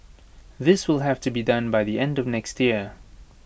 this will have to be done by the end of next year